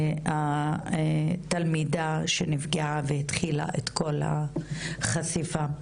התלמידה שנפגעה והתחילה את כל החשיפה.